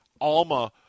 Alma